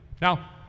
Now